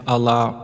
Allah